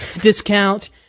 Discount